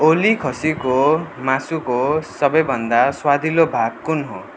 ओली खसीको मासुको सबैभन्दा स्वादिलो भाग कुन हो